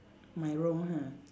my role ha